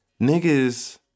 niggas